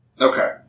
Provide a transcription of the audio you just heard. Okay